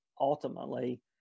ultimately